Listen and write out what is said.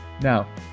Now